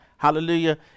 Hallelujah